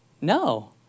no